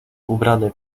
ubrany